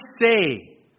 say